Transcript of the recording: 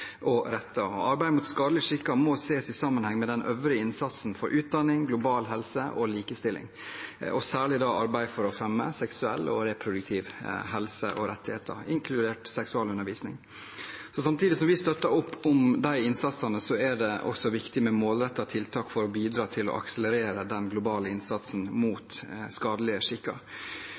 og retter. Arbeidet mot skadelige skikker må ses i sammenheng med den øvrige innsatsen for utdanning, global helse og likestilling – og særlig arbeidet for å fremme seksuell og reproduktiv helse og rettigheter, inkludert seksualundervisning. Samtidig som vi støtter opp om disse innsatsene, er det også viktig med målrettede tiltak for å bidra til å akselerere den globale innsatsen mot skadelige skikker.